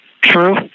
True